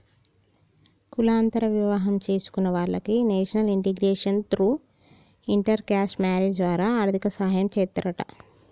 కులాంతర వివాహం చేసుకున్న వాలకి national integration through inter caste marriage ద్వారా ఆర్థిక సాయం చేస్తారంట